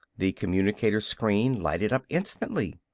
the communicator's screen lighted up instantly.